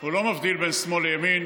הוא לא מבדיל בין שמאל לימין,